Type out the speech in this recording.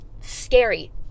scary